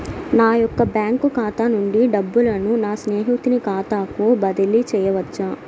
నా యొక్క బ్యాంకు ఖాతా నుండి డబ్బులను నా స్నేహితుని ఖాతాకు బదిలీ చేయవచ్చా?